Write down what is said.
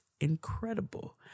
Incredible